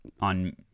on